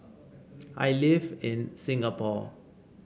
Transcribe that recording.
I live in Singapore